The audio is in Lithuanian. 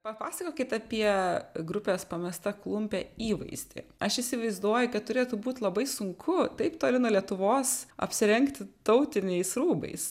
papasakokit apie grupės pamesta klumpė įvaizdį aš įsivaizduoju kad turėtų būt labai sunku taip toli nuo lietuvos apsirengti tautiniais rūbais